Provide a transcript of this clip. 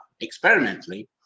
experimentally